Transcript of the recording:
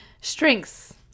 Strengths